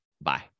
Bye